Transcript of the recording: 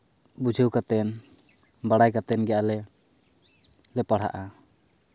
ᱵᱩᱡᱷᱟᱹᱣ ᱠᱟᱛᱮᱫ ᱵᱟᱲᱟᱭ ᱠᱟᱛᱮᱫ ᱜᱮ ᱟᱞᱮᱞᱮ ᱯᱟᱲᱦᱟᱜᱼᱟ